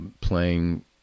playing